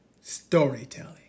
storytelling